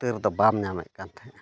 ᱪᱤᱛᱟᱹᱨ ᱫᱚ ᱵᱟᱢ ᱧᱟᱢᱮᱫ ᱠᱟᱱ ᱛᱟᱦᱮᱸᱫᱟ